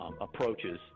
approaches